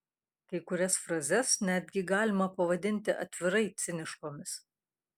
kai kurias frazes netgi galima pavadinti atvirai ciniškomis